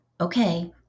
okay